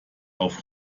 auf